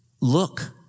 look